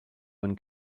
when